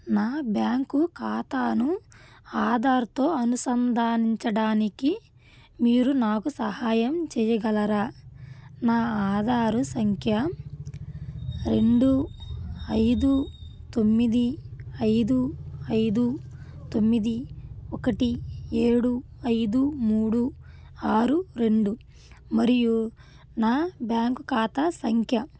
నా బ్యాంకు ఖాతాను ఆధార్తో అనుసంధానించడానికి మీరు నాకు సహాయం చేయగలరా నా ఆధారు సంఖ్య రెండు ఐదు తొమ్మిది ఐదు ఐదు తొమ్మిది ఒకటి ఏడు ఐదు మూడు ఆరు రెండు మరియు నా బ్యాంక్ ఖాతా సంఖ్య